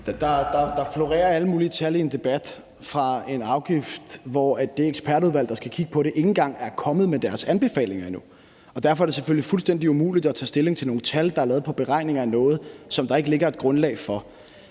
Der florerer alle mulige tal i en debat om en afgift, hvortil det ekspertudvalg, der skal kigge på det, ikke engang er kommet med deres anbefalinger endnu. Derfor er det selvfølgelig fuldstændig umuligt at tage stilling til nogle tal, der er lavet på beregninger af noget, som der ikke ligger et grundlag for.